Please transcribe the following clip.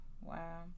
wow